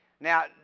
Now